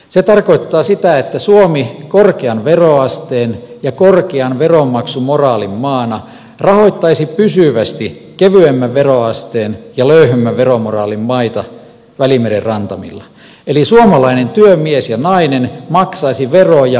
se tarkoittaa sitä että suomi korkean veroasteen ja korkean veronmaksumoraalin maana rahoittaisi pysyvästi kevyemmän veroasteen ja löyhemmän veromoraalin maita välimeren rantamilla eli suomalainen työmies ja nainen maksaisivat veroja eteläeurooppalaisten puolesta